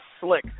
slick